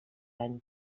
any